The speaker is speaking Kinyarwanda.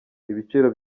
ibiciro